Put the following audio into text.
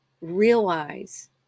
realize